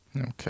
Okay